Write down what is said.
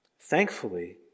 Thankfully